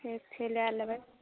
ठीक छै लै लेबय